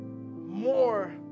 more